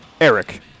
Eric